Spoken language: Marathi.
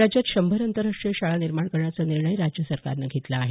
राज्यात शंभर आंतरराष्ट्रीय शाळा निर्माण करायचा निर्णय राज्य सरकारनं घेतला आहे